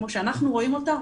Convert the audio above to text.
כמו שאנחנו רואים אותה,